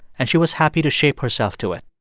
and she was happy to shape herself to it